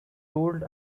told